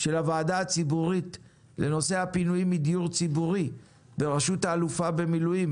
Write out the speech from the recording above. של הוועדה הציבורית לנושא הפינויים מדיור ציבורי ברשות האלופה במילואים,